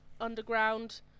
underground